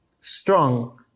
strong